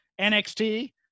NXT